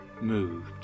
moved